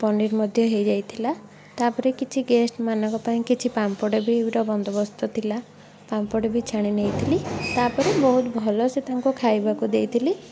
ପନିର୍ ମଧ୍ୟ ହୋଇଯାଇଥିଲା ତାପରେ କିଛି ଗେଷ୍ଟ୍ମାନଙ୍କ ପାଇଁ କିଛି ପାମ୍ପଡ଼ ବି ର ବନ୍ଦୋବସ୍ତ ଥିଲା ପାମ୍ପଡ଼ ବି ଛାଣି ନେଇଥିଲି ତାପରେ ବହୁତ ଭଲସେ ତାଙ୍କୁ ଖାଇବାକୁ ଦେଇଥିଲି